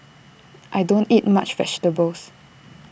I don't eat much vegetables